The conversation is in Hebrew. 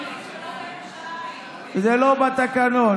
זה לא בתקנון.